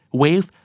wave